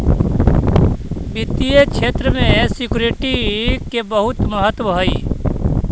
वित्तीय क्षेत्र में सिक्योरिटी के बहुत महत्व हई